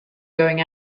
going